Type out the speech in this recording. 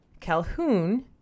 calhoun